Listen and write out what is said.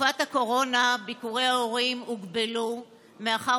בתקופת הקורונה ביקורי ההורים הוגבלו מאחר